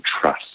trust